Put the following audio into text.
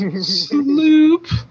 sloop